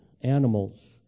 animals